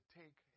take